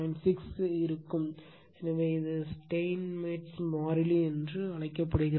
6 ஆகும் எனவே இது ஸ்டெய்ன்மெட்ஸ் மாறிலி என்று அழைக்கப்படுகிறது